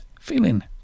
Feeling